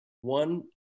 one